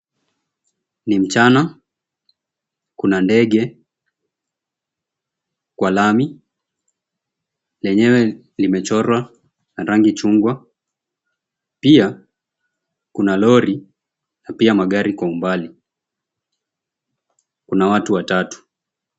Ni mchana, kuna ndege kwa lami, lenyewe limechorwa na rangi chungwa. Pia kuna lori, na pia magari kwa umbali. Kuna watu watatu.